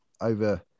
over